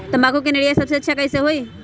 तम्बाकू के निरैया सबसे अच्छा कई से होई?